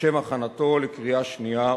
לשם הכנתו לקריאה שנייה ושלישית.